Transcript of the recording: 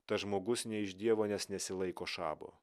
tas žmogus ne iš dievo nes nesilaiko šabo